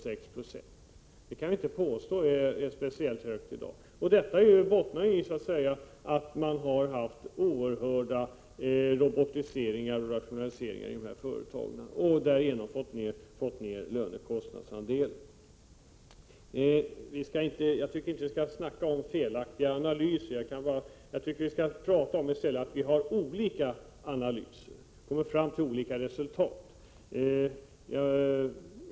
Det är inte speciellt högt. Detta bottnar i att man gjort enorma robotiseringar och rationaliseringar i dessa företag och därigenom fått ner lönekostnadsandelen. Jag tycker inte vi skall använda ord som ”felaktiga analyser”. Jag tycker vi skall tala om att vi har olika analyser och kommer fram till olika resultat.